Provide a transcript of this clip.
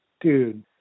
dude